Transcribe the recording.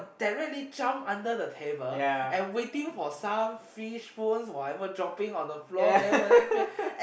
directly jump under the table and waiting for some fish bones whatever droppings on the floor there what have you and